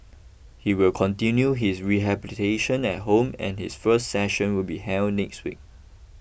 he will continue his rehabilitation at home and his first session will be held next week